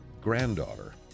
granddaughter